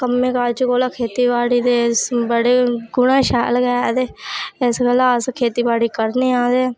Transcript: कम्मै काजै कोला खेती बाड़ी दे बड़े गुणा शैल गै ऐ ते इस गल्ला अस खेती करनें आ अदे